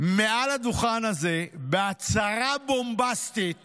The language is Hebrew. מעל הדוכן הזה בהצהרה בומבסטית